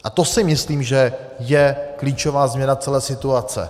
A to si myslím, že je klíčová změna celé situace.